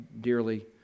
dearly